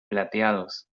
plateados